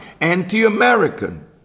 anti-American